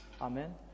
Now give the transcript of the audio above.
amen